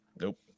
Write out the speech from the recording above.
Nope